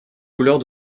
couleurs